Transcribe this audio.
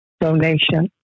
donation